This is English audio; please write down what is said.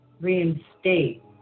reinstate